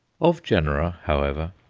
of genera, however,